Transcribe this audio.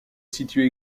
situe